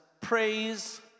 Praise